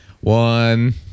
one